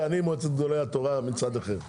ואני מועצת גדולי התורה מצד אחר.